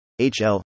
hl